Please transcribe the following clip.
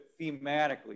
thematically